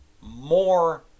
more